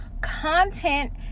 content